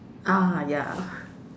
ah ya